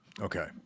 Okay